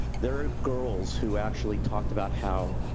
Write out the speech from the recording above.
there are girls who actually talked about how,